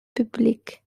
publics